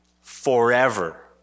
forever